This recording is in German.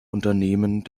unternehmen